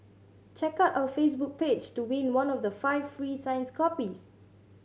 check out our Facebook page to win one of the five free signs copies